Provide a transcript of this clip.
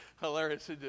hilarious